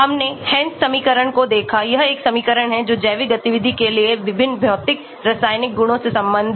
हमने Hansch समीकरण को देखा यह एक समीकरण है जो जैविक गतिविधि के लिए विभिन्न भौतिक रासायनिक गुणों से संबंधित है